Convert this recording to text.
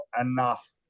enough